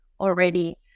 already